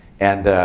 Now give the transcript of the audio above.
and